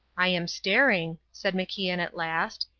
i am staring, said macian at last,